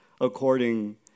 according